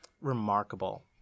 remarkable